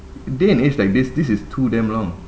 day and age like this this is too damn long